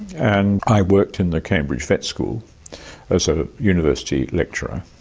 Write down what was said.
and i worked in the cambridge vet school as a university lecturer.